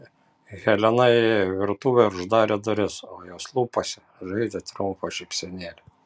helena įėjo į virtuvę ir uždarė duris o jos lūpose žaidė triumfo šypsenėlė